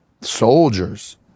soldiers